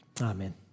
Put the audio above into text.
Amen